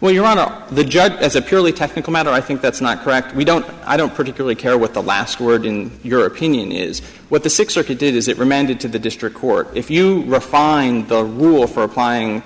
when you run up the judge as a purely technical matter i think that's not correct we don't i don't particularly care what the last word in your opinion is what the six circuit did is it remanded to the district court if you refine the rule for applying